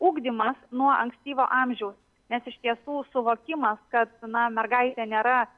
ugdymas nuo ankstyvo amžiaus nes iš tiesų suvokimas kad viena mergaitė nėra